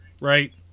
right